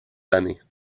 années